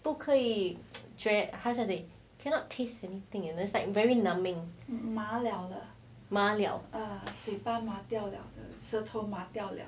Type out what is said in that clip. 不可以 how does he cannot taste anything and it's like very numbing 麻了